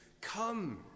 come